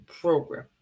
program